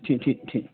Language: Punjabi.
ਠੀਕ ਠੀਕ ਠੀਕ